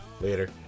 Later